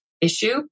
issue